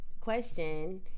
question